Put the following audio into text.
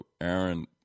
Aaron